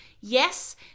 Yes